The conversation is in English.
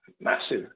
massive